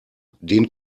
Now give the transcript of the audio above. den